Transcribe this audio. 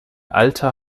alter